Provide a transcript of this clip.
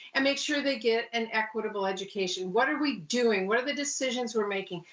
and make sure they get an equitable education? what are we doing? what are the decisions we're making?